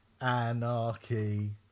anarchy